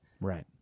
Right